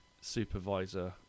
supervisor